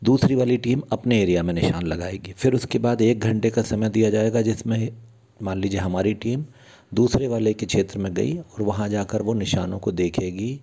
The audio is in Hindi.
दूसरी वाली टीम अपने एरिया में निशान लगाएगी फिर उसके बाद एक घंटे का समय दिया जाएगा जिसमें ही मान लीजिए हमारी टीम दूसरे वाले के क्षेत्र में गई और वहाँ जा कर वह निशानों को देखेगी